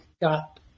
got